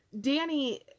Danny